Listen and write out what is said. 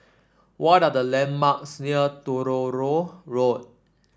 what are the landmarks near Truro Road